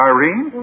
Irene